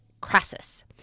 Crassus